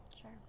Sure